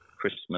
Christmas